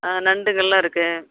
ஆ நண்டுகள்லாம் இருக்குது